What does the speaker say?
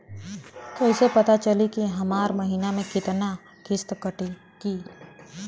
कईसे पता चली की हमार महीना में कितना किस्त कटी?